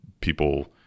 people